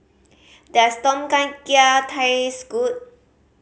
does Tom Kha Gai taste good